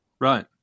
Right